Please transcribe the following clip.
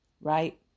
right